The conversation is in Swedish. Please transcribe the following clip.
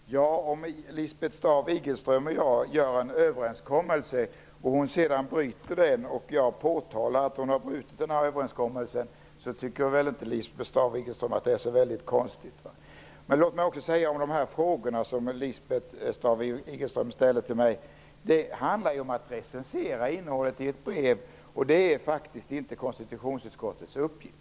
Herr talman! Om Lisbeth Staaf-Igelström och jag träffar en överenskommelse och om Lisbeth Staaf Igelström sedan bryter den, tycker Lisbeth Staaf Igelström att det är så konstigt om jag påtalar att hon brutit vår överenskommelse? Vad gäller de frågor som Lisbeth Staaf-Igelström ställer till mig vill jag säga att de handlar om att recensera innehållet i ett brev. Men det är faktiskt inte konstitutionsutskottets uppgift.